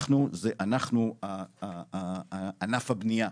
אנחנו זה אנחנו ענף הבנייה,